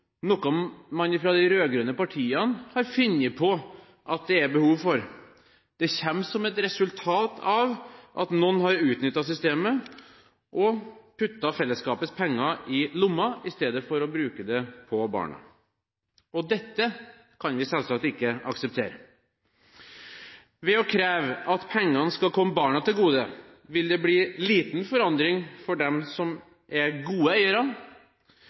noe man fra de rød-grønne partiene har funnet på at det er behov for, det kommer som et resultat av at noen har utnyttet systemet og puttet fellesskapets penger i lommen i stedet for å bruke dem på barna. Dette kan vi selvsagt ikke akseptere. Ved å kreve at pengene skal komme barna til gode vil det bli liten forandring for dem som er gode eiere,